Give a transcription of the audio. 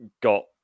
got